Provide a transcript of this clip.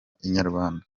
inyarwanda